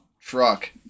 truck